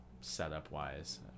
setup-wise